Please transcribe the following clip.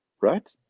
right